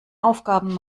aufgaben